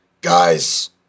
Guys